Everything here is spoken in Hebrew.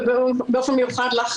ובאופן מיוחד לך,